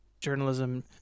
Journalism